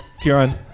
Kieran